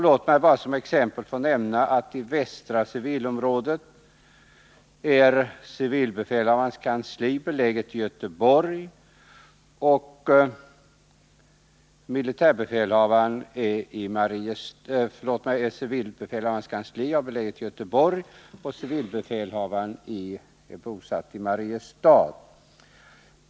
Låt mig bara som exempel få nämna att i västra civilområdet är civilbefälhavarens kansli beläget i Göteborg och civilbefälhavaren i Mariestad.